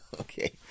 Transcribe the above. Okay